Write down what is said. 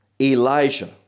Elijah